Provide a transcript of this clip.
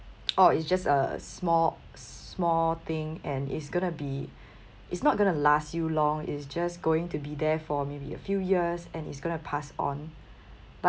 or it's just a small small thing and it's gonna be it's not going to last you long it's just going to be there for maybe a few years and it's going to pass on but